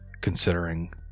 considering